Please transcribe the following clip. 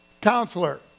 Counselor